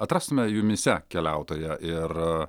atrastumėme jumyse keliautoją ir